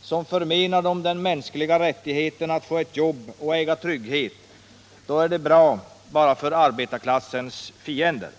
som förmenar dem den mänskliga rättigheten att få ett jobb och äga trygghet, då är det bra endast för arbetarklassens fiender.